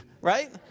right